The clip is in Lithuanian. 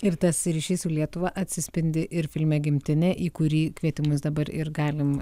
ir tas ryšys su lietuva atsispindi ir filme gimtinė į kurį kvietimus dabar ir galim